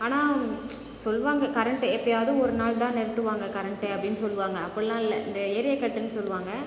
ஆனால் சொல்லுவாங்க கரண்ட் எப்போயாது ஒரு நாள் தான் நிறுத்துவாங்க கரண்ட்டு அப்படின்னு சொல்லுவாங்க அப்படிலாம் இல்லை இந்த ஏரியா கட்டுன்னு சொல்லுவாங்க